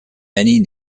many